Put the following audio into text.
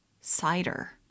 cider